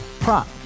Prop